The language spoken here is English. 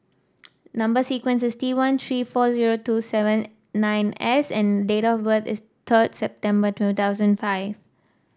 number sequence is T one three four zero two seven nine S and date of birth is third September two thousand five